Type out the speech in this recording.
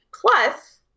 Plus